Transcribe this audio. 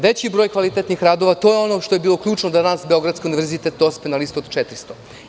Veći broj kvalitetnih radova, to je ono što je bilo ključno da Beogradski univerzitet dospe na listu od 400.